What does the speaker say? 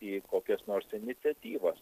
į kokias nors iniciatyvas